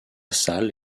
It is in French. salle